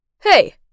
Hey